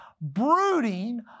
brooding